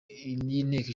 y’inteko